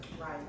Right